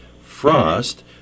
frost